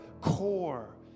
core